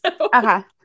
Okay